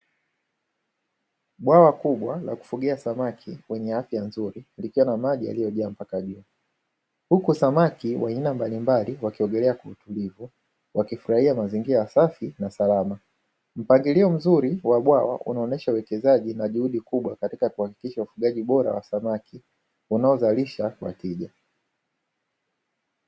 Bwawa kubwa la kufugia samaki wenye afya nzuri, likiwa na maji yaliyojaa mpaka juu, huku samaki wa aina mbalimbali wakiongelea utulivu; wakifurahia mazingira ya safi na salama. Mpangilio mzuri wa bwawa unaonesha uwekezaji na juhudi kubwa katika kuhakikisha ufugaji bora wa samaki, unaozalisha kwa tija.